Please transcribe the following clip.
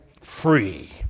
free